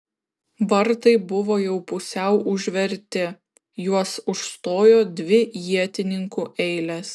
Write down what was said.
vartai buvo jau pusiau užverti juos užstojo dvi ietininkų eilės